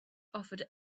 offered